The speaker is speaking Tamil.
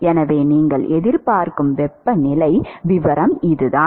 எனவே நீங்கள் எதிர்பார்க்கும் வெப்பநிலை விவரம் இதுதான்